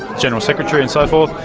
general secretary and so forth,